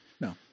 No